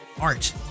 art